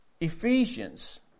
Ephesians